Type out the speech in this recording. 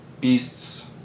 beasts